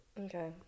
Okay